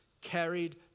carried